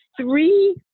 three